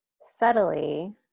subtly